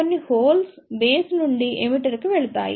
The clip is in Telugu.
కొన్ని హోల్స్ బేస్ నుండి ఎమిటర్ కి వెళతాయి